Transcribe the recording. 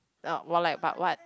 uh or like but what